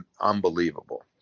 unbelievable